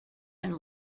and